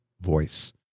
voice